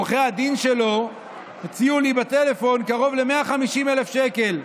עורכי הדין שלו הציעו לי בטלפון קרוב ל-150,000 שקל,